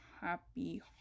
happy